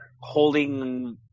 holding